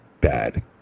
bad